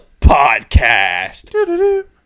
podcast